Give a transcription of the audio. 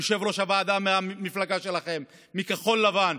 יושב-ראש הוועדה הוא מהמפלגה שלכם, מכחול לבן.